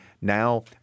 Now